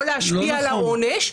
או להשפיע על העונש,